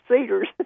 cedars